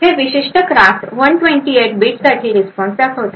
हे विशिष्ट क्राफ्ट 128 बिटसाठी रिस्पॉन्स दाखवते